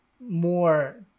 more